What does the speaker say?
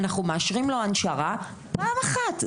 אנחנו מאשרים לו הנשרה פעם אחת.